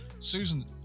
Susan